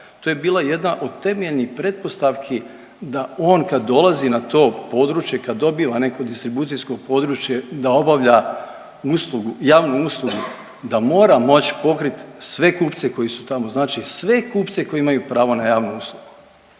to je bila jedna od temeljnih pretpostavki da on kad dolazi na to područje, kad dobiva neko distribucijsko područje da obavlja uslugu, javnu uslugu da mora moći pokriti sve kupce koji su tamo. Znači, sve kupce koji imaju pravo na javnu uslugu.